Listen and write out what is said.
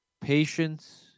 patience